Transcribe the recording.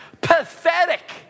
pathetic